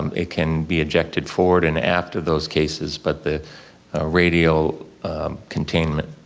um it can be ejected forward and after those cases, but the radial containment,